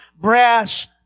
brass